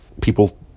people